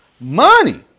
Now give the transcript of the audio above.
Money